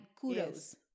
kudos